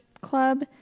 club